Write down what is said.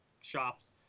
shops